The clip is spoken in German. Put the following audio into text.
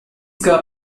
gab